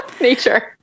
nature